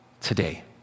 today